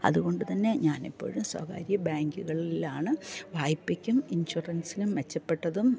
അത്കൊണ്ട് തന്നെ ഞാനെപ്പോഴും സ്വകാര്യ ബാങ്കുകളിലാണ് വായ്പ്പക്കും ഇൻഷുറൻസിനും മെച്ചപ്പെട്ടതും